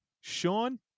Sean